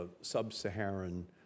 sub-Saharan